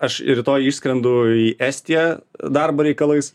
aš rytoj išskrendu į estiją darbo reikalais